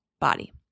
body